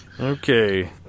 Okay